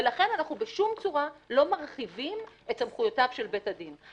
ולכן אנחנו בשום צורה לא מרחיבים את סמכויותיו של בית הדין,